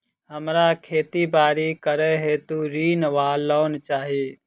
हमरा खेती बाड़ी करै हेतु ऋण वा लोन चाहि?